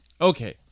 Okay